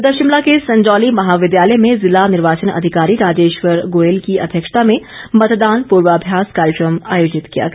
इधर शिमला के संजौली महाविद्यालय में जिला निर्वाचन अधिकारी राजेश्वर गोयल की अध्यक्षता में मतदान पूर्वाभ्यास कार्यक्रम आयोजित किया गया